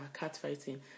catfighting